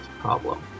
problem